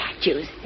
statues